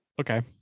Okay